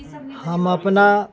हम अपना